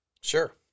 Sure